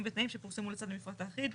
ותנאים שפורסמו לצד המפרט האחיד".